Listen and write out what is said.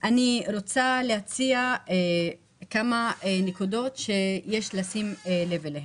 אני רוצה להציע כמה נקודות שיש לשים לב אליהן.